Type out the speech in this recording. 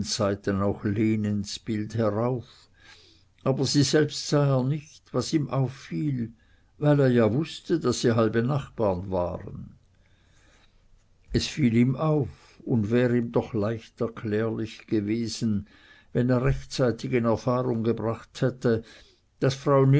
zeiten auch lenens bild herauf aber sie selbst sah er nicht was ihm auffiel weil er ja wußte daß sie halbe nachbarn waren es fiel ihm auf und wär ihm doch leicht erklärlich gewesen wenn er rechtzeitig in erfahrung gebracht hätte daß frau